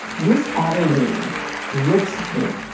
miz adeline looks at me.